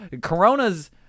Corona's